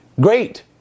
Great